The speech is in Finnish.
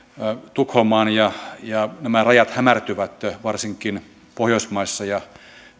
tukholmaan ja ja nämä rajat hämärtyvät varsinkin pohjoismaissa ja